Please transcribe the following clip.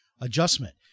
adjustment